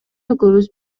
экөөбүз